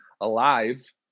alive